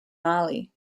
mali